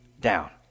down